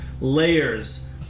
layers